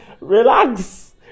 relax